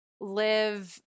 live